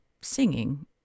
singing